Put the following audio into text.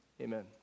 Amen